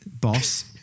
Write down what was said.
boss